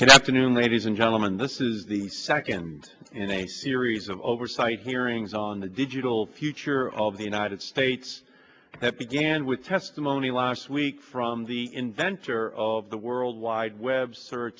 can afternoon ladies and gentlemen this is the second in a series of oversight hearings on the digital future of the united states that began with testimony last week from the inventor of the world wide web search